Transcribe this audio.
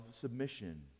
submission